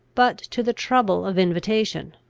but to the trouble of invitation,